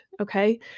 okay